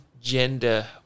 gender